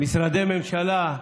משרדי ממשלה,